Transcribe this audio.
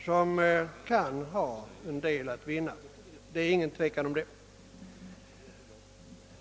— som kan ha en del att vinna, det är ingen tvekan om det.